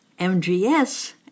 MGS